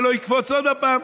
זה לא יקפוץ עוד פעם.